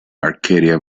arcadia